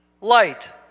Light